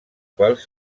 quals